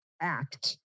act